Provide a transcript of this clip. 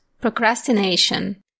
procrastination